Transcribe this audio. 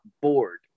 bored